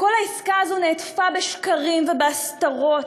שכל העסקה הזו נעטפה בשקרים ובהסתרות,